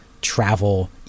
travel